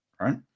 right